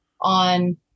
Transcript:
on